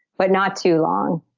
but not too long.